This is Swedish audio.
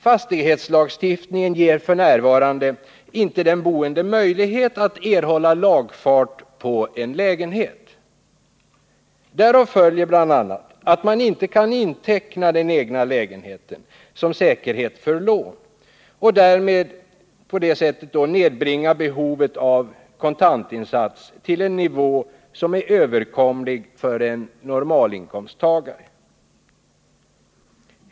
Fastighetslagstiftningen ger f..n. inte den boende möjlighet att erhålla lagfart på en lägenhet. Därav följer bl.a. att man inte kan inteckna den egna lägenheten som säkerhet för lån och därmed nedbringa behovet av kontantinsats till en nivå som är överkomlig för en normalinkomsttagare.